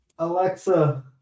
Alexa